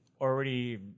already